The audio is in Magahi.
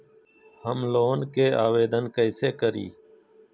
होम लोन के आवेदन कैसे करि?